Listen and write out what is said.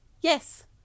Yes